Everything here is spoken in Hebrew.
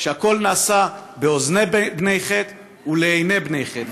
שהכול נעשה באוזני בני חת ולעיני בני חת.